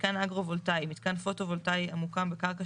"מיתקן אגרו-וולטאי" מיתקן פוטו-וולטאי המוקם בקרקע